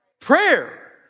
prayer